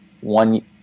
one